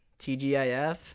TGIF